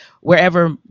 wherever